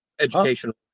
Educational